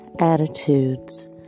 Attitudes